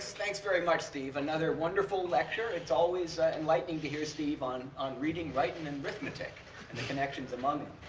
thanks very much, steve. another wonderful lecture. it's always enlightening to hear steve on on reading, writin', and rithmetic and the connections among them.